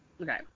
Okay